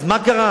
אז מה קרה?